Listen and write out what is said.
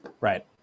Right